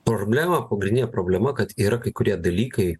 problema pagrindinė problema kad yra kai kurie dalykai